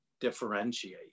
differentiate